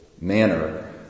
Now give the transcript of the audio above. manner